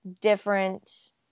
different